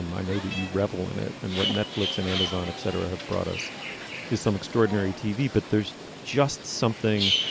um i know that you revel in it and what netflix and amazon et cetera have brought us is some extraordinary tv but there's just something